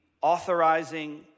authorizing